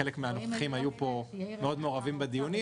חלק מהנוכחים פה היו מעורבים מאוד בדיונים.